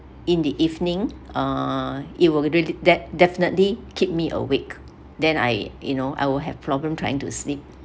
in the evening uh it will really de~ definitely keep me awake then I you know I will have problem trying to sleep